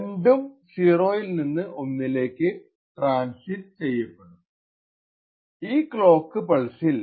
രണ്ടും 0 ൽ നിന്ന് 1 ലേക്ക് ട്രാൻസിറ്റ് ചെയ്യപ്പെടും ഈ ക്ലോക്ക് പൾസ്സിൽ